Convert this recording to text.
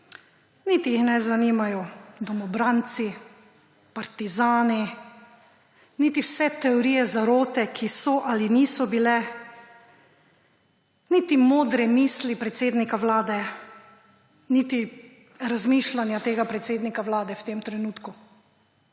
niti jih ne zanimajo domobranci, partizani, niti vse teorije zarote, ki so ali niso bile, niti modre misli predsednika Vlade, niti razmišljanja tega predsednika Vlade v tem trenutku.